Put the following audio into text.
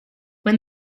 when